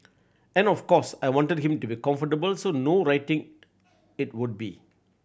and of course I wanted him to be comfortable so no writing it would be